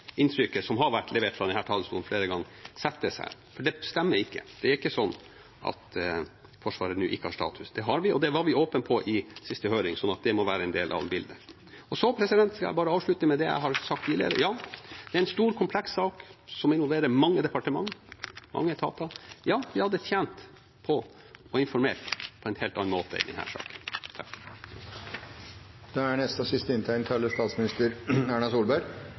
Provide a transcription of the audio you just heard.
inntrykket som har vært skapt fra denne talerstolen flere ganger, setter seg, for det stemmer ikke. Det er ikke slik at Forsvaret nå ikke har status. Det har vi, og det var vi åpne om i den siste høringen. Så det må være en del av bildet. Så vil jeg bare avslutte med det jeg har sagt tidligere: Ja, dette er en stor og kompleks sak, som involverer mange departementer og mange etater. Ja, vi hadde tjent på å ha informert på en helt annen måte i denne saken. Det er mange innlegg som kunne vært grunnlag for kommentarer, oppklaringer og